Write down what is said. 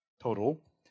total